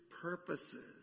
purposes